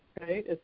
Right